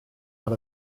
out